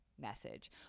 message